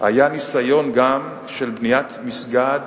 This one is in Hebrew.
היה ניסיון של בניית מסגד